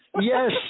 Yes